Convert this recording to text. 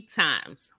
times